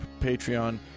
Patreon